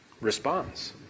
responds